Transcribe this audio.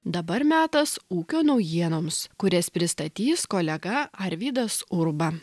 dabar metas ūkio naujienoms kurias pristatys kolega arvydas urba